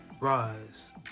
Rise